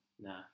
Nah